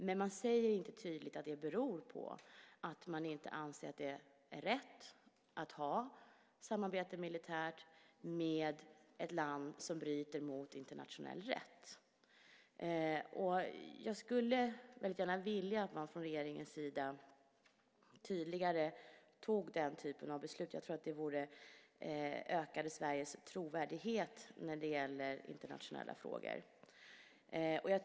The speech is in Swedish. Men man säger inte tydligt att det beror på att man inte anser att det är rätt att ha samarbete militärt med ett land som bryter mot internationell rätt. Jag skulle väldigt gärna vilja att man från regeringens sida tydligare fattade den typen av beslut. Det skulle öka Sveriges trovärdighet i internationella frågor.